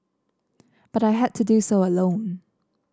but I had to do so alone